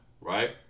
right